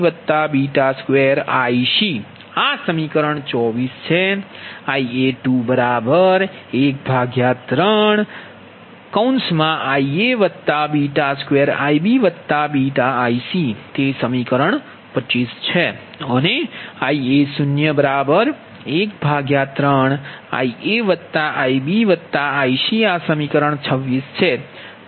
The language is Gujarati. Ia213Ia2IbβIcતે સમીકરણ 25 છે અને Ia013IaIbIc આ સમીકરણ 26 છે